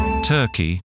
Turkey